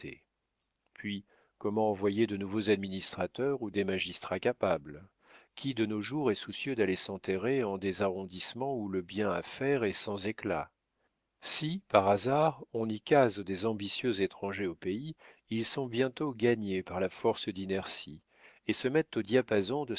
puis comment envoyer de nouveaux administrateurs ou des magistrats capables qui de nos jours est soucieux d'aller s'enterrer en des arrondissements où le bien à faire est sans éclat si par hasard on y case des ambitieux étrangers au pays ils sont bientôt gagnés par la force d'inertie et se mettent au diapason de